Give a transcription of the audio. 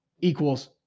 equals